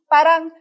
Parang